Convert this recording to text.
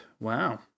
Wow